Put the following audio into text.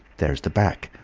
there's the back!